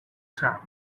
chap